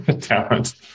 talent